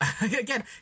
Again